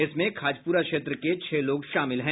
इसमें खाजपुरा क्षेत्र के छह लोग शामिल हैं